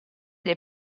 dei